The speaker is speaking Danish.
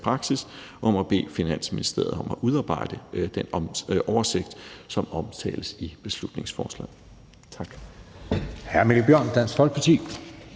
praksis om at bede Finansministeriet om at udarbejde den oversigt, som omtales i beslutningsforslaget. Tak.